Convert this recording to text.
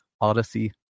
Odyssey